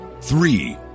Three